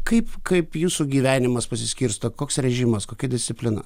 kaip kaip jūsų gyvenimas pasiskirsto koks režimas kokia disciplina